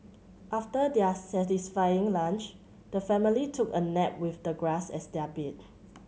after their satisfying lunch the family took a nap with the grass as their bed